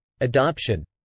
Adoption